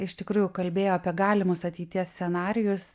iš tikrųjų kalbėjo apie galimus ateities scenarijus